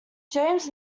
james